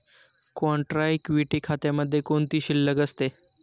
Contra equity खात्यामध्ये कोणती शिल्लक असते?